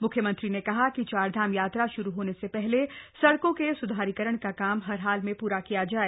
मुख्यमंत्री ने कहा कि चारधाम यात्रा शुरू होने से पहले सड़कों के सुधारीकरण का काम हर हाल में पूरा किया जाए